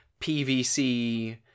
PVC